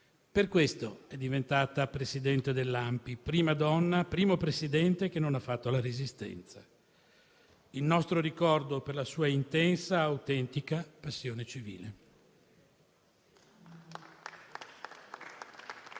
Per questo è diventata presidente dell'ANPI; prima donna, primo presidente che non ha fatto la Resistenza. Il nostro ricordo è per la sua intensa e autentica passione civile.